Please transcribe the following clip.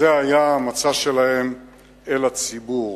זה היה המצע שהן הציגו לציבור.